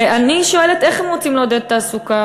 ואני שואלת, איך הם רוצים לעודד תעסוקה?